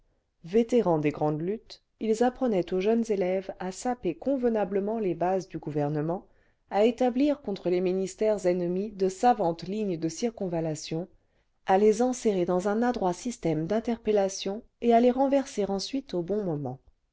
vétérans des grandes luttes ils apprenaient aux jeunes ljc vingtième siècle élèves à saper convenablement les bases du gouvernement à établir contre les ministères ennemis de savantes lignes de circonvaliation à les enserrer dans un adroit système d'interpellations et à les renverser ensuite au bon moment